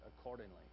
accordingly